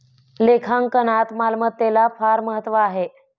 लेखांकनात मालमत्तेला फार महत्त्व आहे